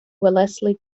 wellesley